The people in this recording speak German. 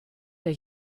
der